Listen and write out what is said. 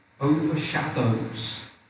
overshadows